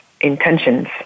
intentions